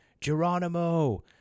Geronimo